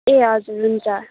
ए हजुर हुन्छ